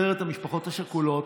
אחרת המשפחות השכולות